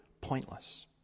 pointless